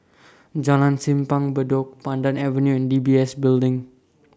Jalan Simpang Bedok Pandan Avenue and D B S Building